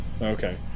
Okay